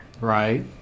right